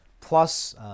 plus